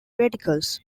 radicals